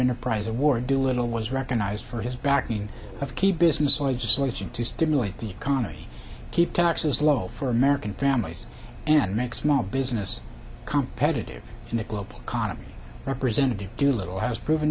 enterprise award do little was recognized for his backing of key business legislation to stimulate the economy keep taxes low for american families and make small business competitive in the global economy representative doolittle has proven